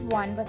one